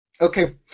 Okay